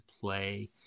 play